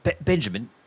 Benjamin